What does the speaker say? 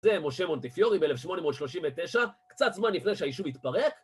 זה משה מונטיפיורי ב-1839, קצת זמן לפני שהיישוב התפרק.